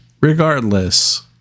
regardless